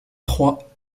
trois